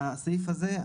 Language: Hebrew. לסעיף הזה,